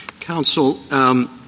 Counsel